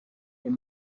they